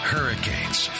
Hurricanes